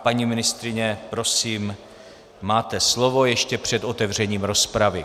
Paní ministryně, prosím, máte slovo ještě před otevřením rozpravy.